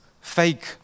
fake